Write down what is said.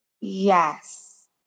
Yes